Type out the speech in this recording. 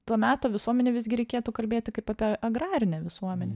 to meto visuomenę visgi reikėtų kalbėti kaip apie agrarinę visuomenę